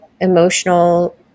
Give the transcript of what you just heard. emotional